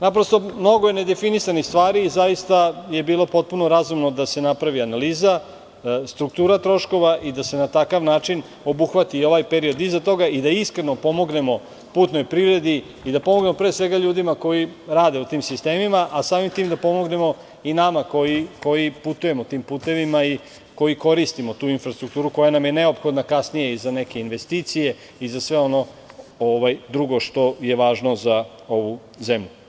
Naprosto, mnogo je nedefinisanih stvari i zaista je bilo potpuno razumno da se napravi analiza, struktura troškova i da se na takav način obuhvati i ovaj period iza toga i da iskreno pomognemo putnoj privredi i da pomognemo pre svega ljudima koji rade u tim sistemima, a samim tim da pomognemo i nama koji putujemo tim putevima i koji koristimo tu infrastrukturu koja nam je neophodna kasnije i za neke investicije i za sve ono drugo što je važno za ovu zemlju.